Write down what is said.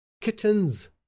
kittens